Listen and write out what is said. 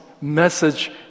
message